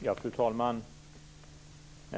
Fru talman!